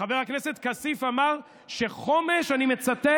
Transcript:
חבר הכנסת כסיף, אמר שחומש, ואני מצטט,